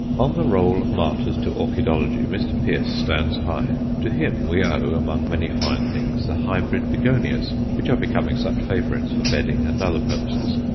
on the roll of martyrs to orchidology, mr. pearce stands high. to him we owe, among many fine things, the hybrid begonias which are becoming such favourites for bedding and other purposes.